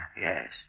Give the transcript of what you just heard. Yes